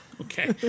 Okay